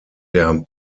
der